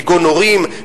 כגון הורים,